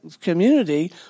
community